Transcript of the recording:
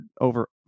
over